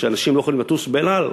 שאנשים לא יכולים לטוס ב"אל על".